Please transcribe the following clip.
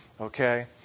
okay